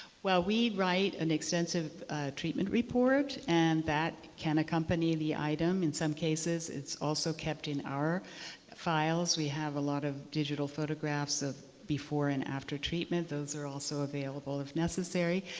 well, we write an extensive treatment report and that will accompany the item. in some cases it's also kept in our files. we have a lot of digital photographs of before and after treatment. those are also available if necessary.